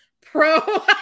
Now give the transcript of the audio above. Pro